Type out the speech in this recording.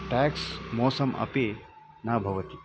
tax मोसम् अपि न भवति